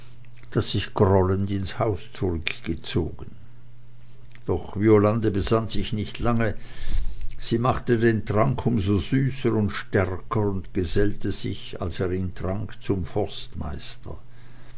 das sich grollend ins haus zurückgezogen doch violande besann sich nicht lange sie machte den trank um so süßer und stärker und gesellte sich als er ihn trank nah zum forstmeister